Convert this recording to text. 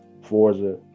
Forza